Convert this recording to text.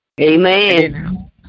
Amen